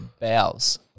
bowels